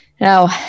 Now